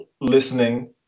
listening